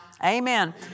Amen